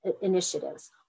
initiatives